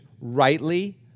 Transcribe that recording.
rightly